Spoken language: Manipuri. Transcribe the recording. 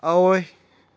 ꯑꯑꯣꯏ